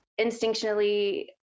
instinctually